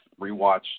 rewatched